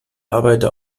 arbeiter